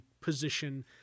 position